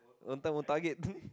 own time own target